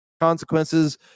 consequences